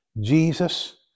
Jesus